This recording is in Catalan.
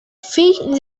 fill